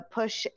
push